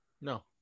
No